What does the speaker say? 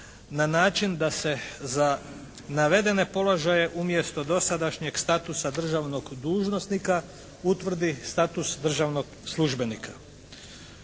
na način da se za navedene položaje umjesto dosadašnjeg statusa državnog dužnosnika utvrdi status državnog službenika.